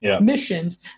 missions